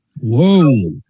Whoa